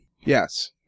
Yes